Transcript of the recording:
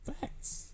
Facts